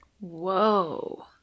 Whoa